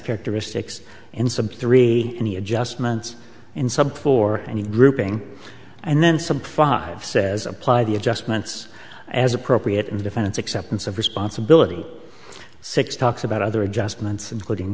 characteristics and some three any adjustments in sub for any grouping and then some five says apply the adjustments as appropriate and defense acceptance of responsibility six talks about other adjustments including